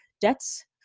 debts